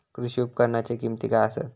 कृषी उपकरणाची किमती काय आसत?